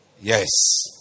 Yes